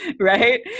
right